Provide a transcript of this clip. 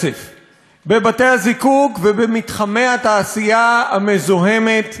בבתי-הזיקוק ובמתחמי התעשייה המזוהמת בחיפה.